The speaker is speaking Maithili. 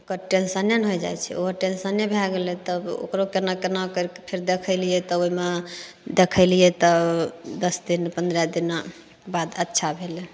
ओकर टेंशने ने होइ जाइ छै ओहो टेंशने भए गेलय तब ओकरो केना केना करिके फेर देखेलियै तऽ ओइमे देखेलियै तऽ दस दिन पन्द्रह दिना बाद अच्छा भेलय